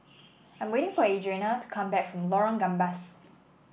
I am waiting for Adriane to come back from Lorong Gambas